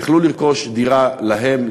יכלו לרכוש דירה להם,